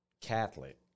Catholic